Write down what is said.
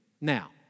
Now